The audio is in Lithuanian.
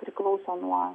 priklauso nuo